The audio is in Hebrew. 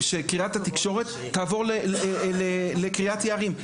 שקריית התקשורת תעבור לקריית יערים,